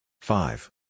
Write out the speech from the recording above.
five